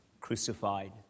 crucified